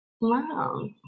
Wow